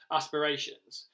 aspirations